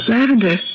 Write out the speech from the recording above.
Lavender